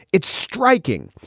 it's striking.